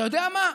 אתה יודע מה?